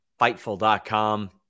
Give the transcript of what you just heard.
Fightful.com